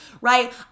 right